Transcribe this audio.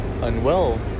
unwell